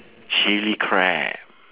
chilli crab